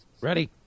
Ready